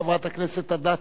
אחריו, חברת הכנסת אדטו.